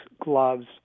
gloves